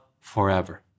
forever